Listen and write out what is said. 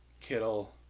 Kittle